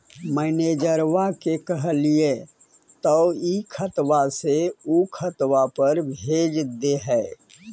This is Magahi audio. मैनेजरवा के कहलिऐ तौ ई खतवा से ऊ खातवा पर भेज देहै?